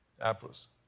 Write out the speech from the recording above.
Apples